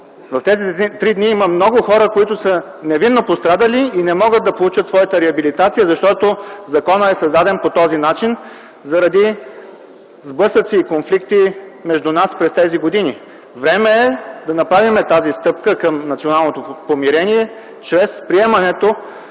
в тези три дни има много хора, които са невинно пострадали и не могат да получат своята реабилитация, защото законът е създаден по този начин заради сблъсъци и конфликти между нас през тези години. Време е да направим тази стъпка към националното помирение чрез приемането